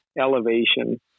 elevation